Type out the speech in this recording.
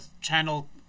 channel